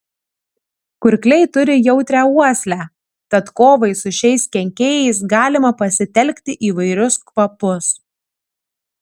kurkliai turi jautrią uoslę tad kovai su šiais kenkėjais galima pasitelkti įvairius kvapus